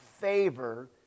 favor